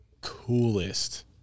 coolest